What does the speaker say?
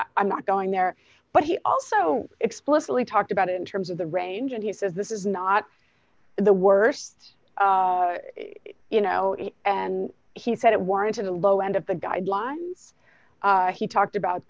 i'm not going there but he also explicitly talked about it in terms of the range and he says this is not the worst you know and he said it warrants in the low end of the guidelines he talked about